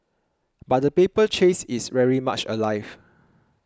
but the paper chase is very much alive